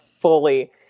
fully